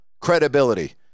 credibility